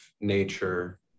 nature